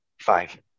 Five